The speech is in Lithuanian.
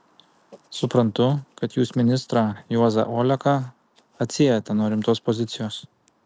suprantu kad jūs ministrą juozą oleką atsiejate nuo rimtos pozicijos